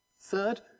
Third